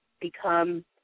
Become